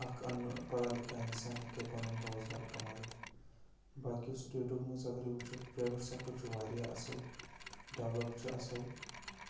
اَکھ اَن پَڑھا لِکھا اِنسان ہیٚکہِ ہہ پَنُن روزگار کَمٲیِتھ باقِیو سٕٹیٹو منٛز اَگرَے وٕچھو پرٛیوٮ۪ٹ سٮ۪کٹَر چھُ واریاہ اَصٕل ڈٮ۪ولَپ چھُ اَصٕل